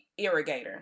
irrigator